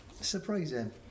Surprising